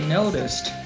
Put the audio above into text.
noticed